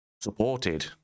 supported